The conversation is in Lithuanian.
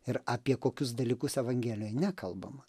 ir apie kokius dalykus evangelijoj nekalbama